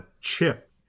chip